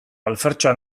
alfertxoa